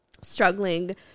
struggling